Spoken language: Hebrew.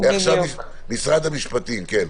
עכשיו משרד המשפטים, כן.